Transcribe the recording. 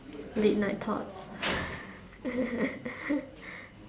late night thoughts